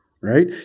right